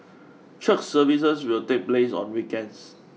church services will take place on weekends